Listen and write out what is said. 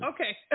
Okay